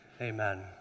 Amen